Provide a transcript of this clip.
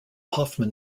hoffmann